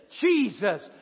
Jesus